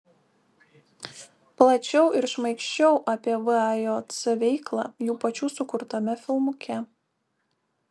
plačiau ir šmaikščiau apie vajc veiklą jų pačių sukurtame filmuke